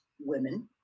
women